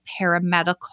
paramedical